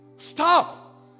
Stop